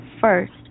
first